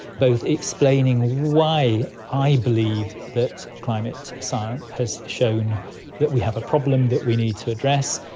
both explaining why i believe that climate science has shown that we have a problem that we need to address.